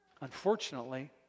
Unfortunately